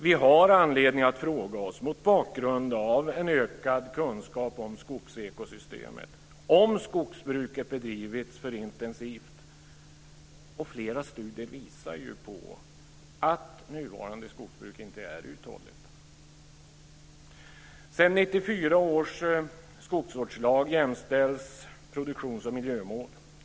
Vi har anledning att fråga oss, mot bakgrund av en ökad kunskap som skogsekosystemet, om skogsbruket har bedrivits för intensivt. Flera studier visar på att nuvarande skogsbruk inte är uthålligt. I 1994 års skogsvårdslag jämställs produktionsoch miljömål.